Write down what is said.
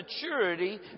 maturity